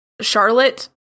Charlotte